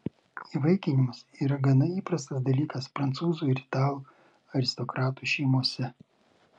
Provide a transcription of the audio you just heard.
įvaikinimas yra gana įprastas dalykas prancūzų ir italų aristokratų šeimose